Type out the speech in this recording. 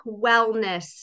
wellness